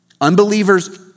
Unbelievers